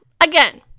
Again